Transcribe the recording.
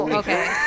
okay